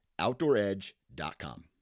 OutdoorEdge.com